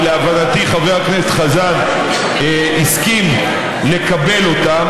ולהבנתי חבר הכנסת חזן הסכים לקבל אותן,